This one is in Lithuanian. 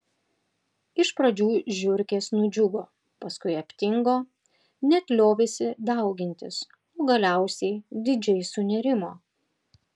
iš pradžių žiurkės nudžiugo paskui aptingo net liovėsi daugintis o galiausiai didžiai sunerimo